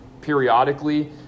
periodically